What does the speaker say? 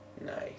Nice